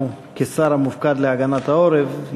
כשר המופקד על הגנת העורף,